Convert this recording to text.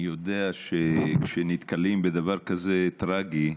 אני יודע כשנתקלים בדבר כזה טרגי,